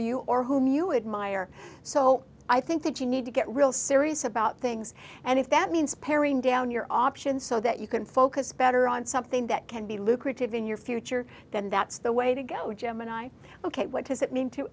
you or whom you admire so i think that you need to get real serious about things and if that means paring down your options so that you can focus better on something that can be lucrative in your future then that's the way to go gemini ok what does it mean to